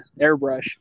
Airbrush